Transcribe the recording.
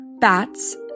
Bats